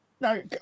no